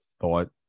thought